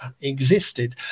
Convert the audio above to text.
existed